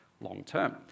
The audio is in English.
long-term